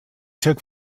took